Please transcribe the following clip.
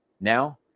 Now